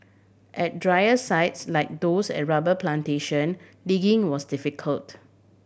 at drier sites like those at rubber plantation digging was difficult